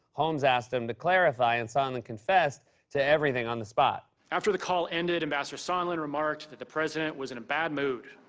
holmes asked him to clarify and sondland confessed to everything on the spot. after the call ended, ambassador sondland remarked that the president was in a bad mood,